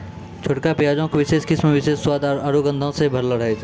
छोटका प्याजो के विशेष किस्म विशेष स्वाद आरु गंधो से भरलो रहै छै